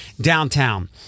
downtown